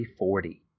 .340